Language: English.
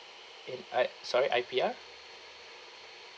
in I sorry I P_R